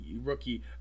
rookie